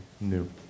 new